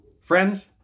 Friends